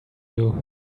you